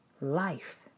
life